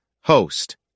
Host